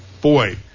boy